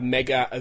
Mega